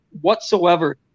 whatsoever